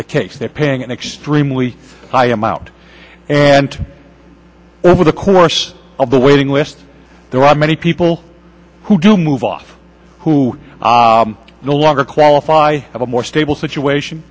the case they're paying an extremely high amount and over the course of the waiting list there are many people who do move off who no longer qualify as a more stable situation